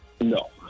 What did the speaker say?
No